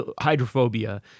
Hydrophobia